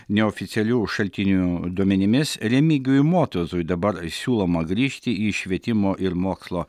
neoficialių šaltinių duomenimis remigijui motuzui dabar siūloma grįžti į švietimo ir mokslo